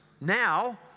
Now